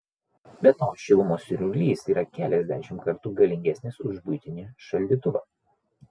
be to šilumos siurblys yra keliasdešimt kartų galingesnis už buitinį šaldytuvą